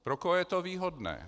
Pro koho je to výhodné?